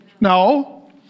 No